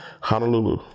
honolulu